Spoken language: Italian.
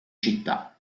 città